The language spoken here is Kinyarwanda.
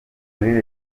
muri